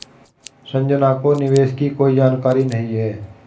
संजना को निवेश की कोई जानकारी नहीं है